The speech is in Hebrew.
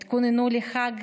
התכוננו לחג,